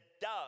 Dove